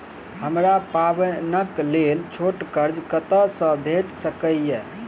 हमरा पाबैनक लेल छोट कर्ज कतऽ सँ भेटि सकैये?